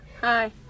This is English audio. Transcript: Hi